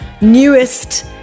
newest